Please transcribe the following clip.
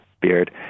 beard